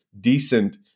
decent